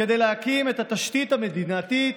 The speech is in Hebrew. כדי להקים את התשתית המדינתית,